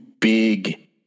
big